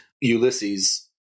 Ulysses